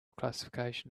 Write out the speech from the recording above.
classification